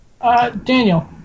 Daniel